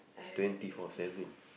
twenty four seven